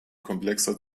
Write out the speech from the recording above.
komplexer